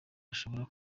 ashobora